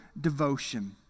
devotion